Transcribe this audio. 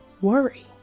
worry